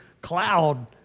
cloud